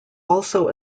also